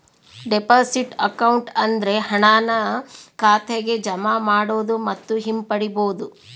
deposit account ಅಂದ್ರೆ ಹಣನ ಖಾತೆಗೆ ಜಮಾ ಮಾಡೋದು ಮತ್ತು ಹಿಂಪಡಿಬೋದು